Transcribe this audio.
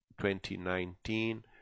2019